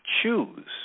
choose